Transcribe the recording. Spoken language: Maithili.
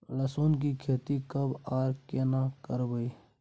लहसुन की खेती कब आर केना करबै?